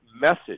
message